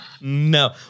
No